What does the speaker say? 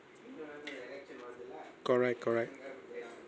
correct correct